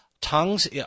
tongues